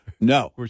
No